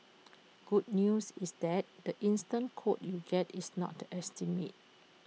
good news is that the instant quote you get is not the estimate